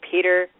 Peter